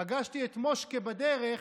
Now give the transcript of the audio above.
פגשתי את מושק'ה בדרך,